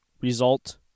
result